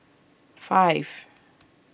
five